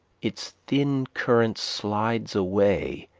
its thin current slides away,